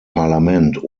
parlament